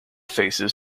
faces